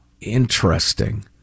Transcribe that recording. interesting